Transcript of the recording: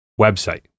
website